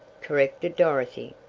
corrected dorothy,